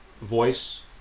voice